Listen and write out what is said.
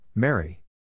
Mary